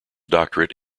doctorate